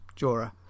Jorah